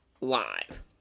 live